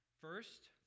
First